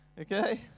okay